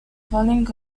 falling